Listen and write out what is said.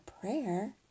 prayer